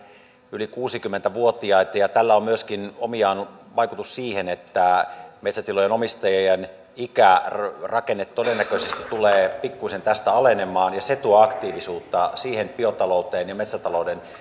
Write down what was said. yli kuusikymmentä vuotiaita ja tällä on myöskin oma vaikutuksensa siihen että metsätilojen omistajien ikärakenne todennäköisesti tulee pikkuisen tästä alenemaan ja se tuo aktiivisuutta siihen biotalouden ja metsätalouden